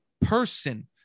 person